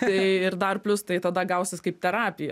tai ir dar plius tai tada gausis kaip terapija